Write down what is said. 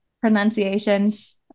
pronunciations